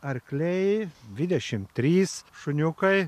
arkliai dvidešimt trys šuniukai